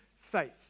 faith